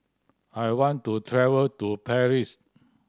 I want to travel to Paris